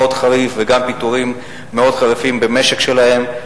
חריף וגם לפיטורים מאוד חריפים במשק שלהן,